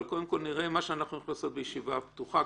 אבל קודם כול נראה מה שאנחנו יכולים לעשות בישיבה הפתוחה,